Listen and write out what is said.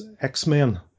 X-Men